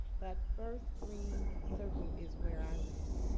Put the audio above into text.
that first green circle is where i live.